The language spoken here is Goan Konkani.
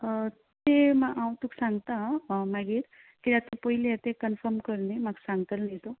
ती मा हांव तुक सांगता आ मागीर किद्याक तूं पयली हें तें कन्फम कर न्ही म्हाक सांगतल न्ही तूं